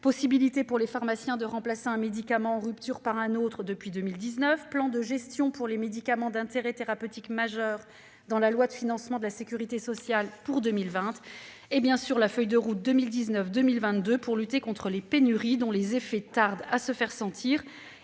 possibilité pour les pharmaciens de remplacer un médicament en rupture par un autre depuis 2019, plan de gestion pour les médicaments d'intérêt thérapeutique majeur dans la loi de financement de la sécurité sociale pour 2020 et, bien sûr, la feuille de route 2019-2022 pour lutter contre les pénuries, dont les effets tardent à se faire sentir